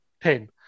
pin